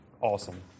awesome